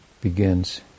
begins